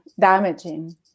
damaging